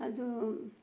ಅದೂ